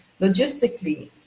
logistically